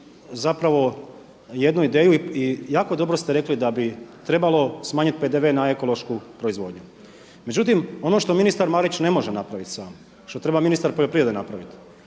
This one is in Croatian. zapravo jednu ideju i jako dobro ste rekli da bi trebalo smanjit PDV na ekološku proizvodnju. Međutim, ono što ministar Marić ne može napraviti sam, što treba ministar poljoprivrede napravit,